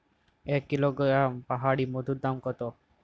এক কিলোগ্রাম পাহাড়ী মধুর দাম কত?